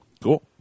Cool